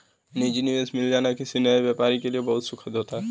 निजी निवेशक मिल जाना किसी नए व्यापारी के लिए बहुत सुखद होता है